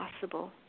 possible